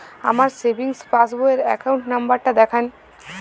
আমার সেভিংস পাসবই র অ্যাকাউন্ট নাম্বার টা দেখান?